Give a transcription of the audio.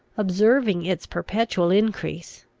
observing its perpetual increase,